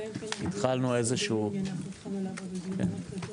נקיים כנראה דיון ב-20 ביוני.